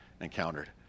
encountered